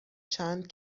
چند